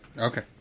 Okay